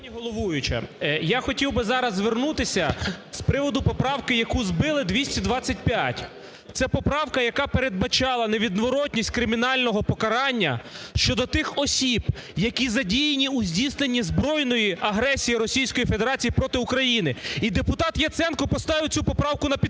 я хотів би зараз звернутися з приводу поправки, яку збили, 225. Це поправка, яка передбачала невідворотність кримінального покарання щодо тих осіб, які задіяні у здійсненні збройної агресії Російської Федерації проти України, і депутат Яценко поставив цю поправку на підтвердження,